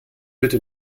bitte